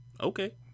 Okay